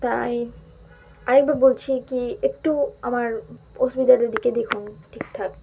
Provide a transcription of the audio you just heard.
তাই আরেকবার বলছি কি একটু আমার অসুবিধাটার দিকে দেখুন ঠিকঠাক